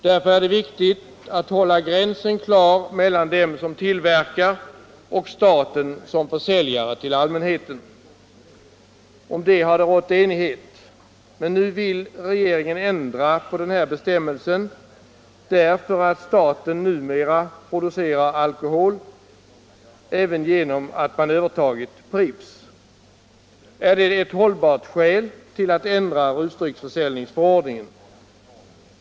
Därför är det viktigt att hålla gränsen klar mellan dem som tillverkar och staten som försäljare till allmänheten. Om detta har det rått enighet. Men nu vill regeringen ändra på den här bestämmelsen därför att staten numera producerar alkohol även genom att man övertagit Pripps. Är det ett hållbart skäl till att ändra rusdrycksförsäljningsförordningen?